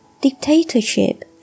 Dictatorship